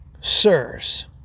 sirs